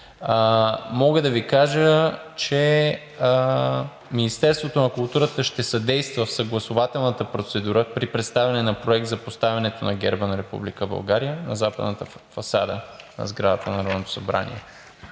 Мога да Ви кажа, че Министерството на културата ще съдейства в съгласувателната процедура при представяне на Проект за поставянето на герба на Република България на западната фасада на сградата на Народното събрание.